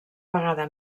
vegada